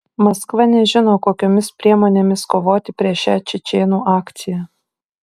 maskva nežino kokiomis priemonėmis kovoti prieš šią čečėnų akciją